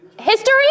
history